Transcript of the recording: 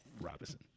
Robinson